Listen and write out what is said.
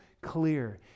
clear